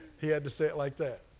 he had to say it like that.